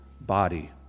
body